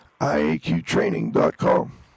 iaqtraining.com